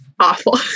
awful